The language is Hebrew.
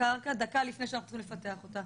הקרקע דקה לפני שאנחנו צריכים לפתח אותה.